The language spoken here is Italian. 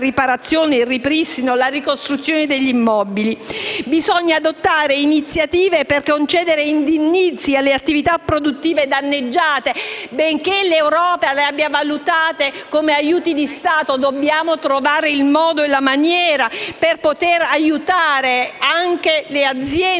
ripristino e la ricostruzione degli immobili. Bisogna adottare iniziative per concedere indennizzi alle attività produttive danneggiate. Benché l'Europa li abbia valutati come aiuti di Stato, dobbiamo trovare il modo per poter aiutare anche le aziende